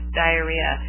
diarrhea